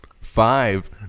Five